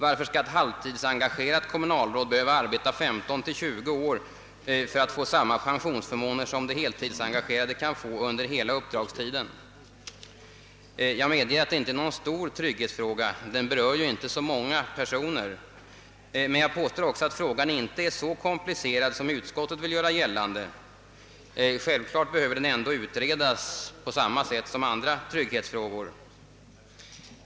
Varför skall ett halvtidsengagerat kommunalråd behöva arbeta 15—20 år för att få samma pensionsförmåner som det heltidsengagerade kommunalrådet kan få under hela uppdragstiden? Jag medger att det inte är någon stor trygghetsfråga; den berör ju inte så många. Men jag påstår också att frågan inte är så komplicerad som utskottet vill göra gällande. Självklart behöver den ändå utredas liksom andra trygghetsfrågor.